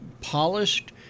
polished